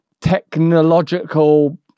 technological